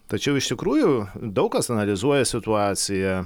tačiau iš tikrųjų daug kas analizuoja situaciją